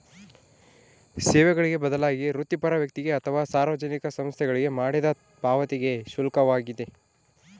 ಸೇವೆಗಳಿಗೆ ಬದಲಾಗಿ ವೃತ್ತಿಪರ ವ್ಯಕ್ತಿಗೆ ಅಥವಾ ಸಾರ್ವಜನಿಕ ಸಂಸ್ಥೆಗಳಿಗೆ ಮಾಡಿದ ಪಾವತಿಗೆ ಶುಲ್ಕವಾಗಿದೆ